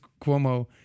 Cuomo